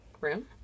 room